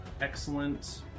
Excellent